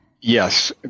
Yes